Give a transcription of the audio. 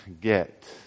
get